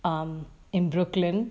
um in brooklyn